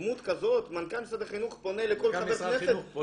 דמות כזאת פונה לכל חבר כנסת,